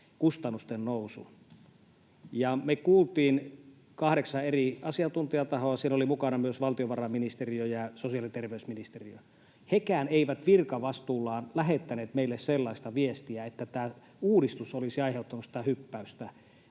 kustannusten nousu. Me kuultiin kahdeksaa eri asiantuntijatahoa. Siellä oli mukana myös valtiovarainministeriö ja sosiaali- ja terveysministeriö. Hekään eivät virkavastuullaan lähettäneet meille sellaista viestiä, että tämä uudistus olisi aiheuttanut sitä hyppäystä